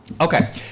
okay